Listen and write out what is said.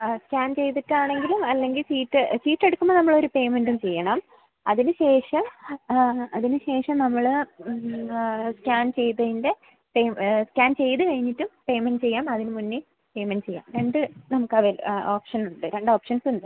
ആ സ്കാൻ ചെയ്തിട്ടാണെങ്കിലും അല്ലെങ്കിൽ ചീട്ട് ചീട്ടെടുക്കുമ്പോൾ നമ്മളൊരു പേയ്മെൻറ്റും ചെയ്യണം അതിന് ശേഷം അതിന് ശേഷം നമ്മള് സ്കാൻ ചെയ്തതിൻ്റെ സെയിം സ്കാൻ ചെയ്ത് കഴിഞ്ഞിട്ടും പേയ്മെൻറ്റ് ചെയ്യാം അതിന് മുന്നേ പേയ്മെൻറ്റ് ചെയ്യാം രണ്ട് നമുക്ക് അവൈൽ ഓപ്ഷനുണ്ട് രണ്ട് ഓപ്ഷൻസുണ്ട്